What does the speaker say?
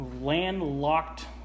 landlocked